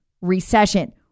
Recession